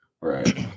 right